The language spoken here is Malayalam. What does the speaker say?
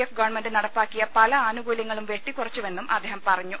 എഫ് ഗവൺമെൻറ് നടപ്പാക്കിയ പല ആനുകൂല്യങ്ങളും വെട്ടിക്കുറച്ചു വെന്നും അദ്ദേഹം പറഞ്ഞു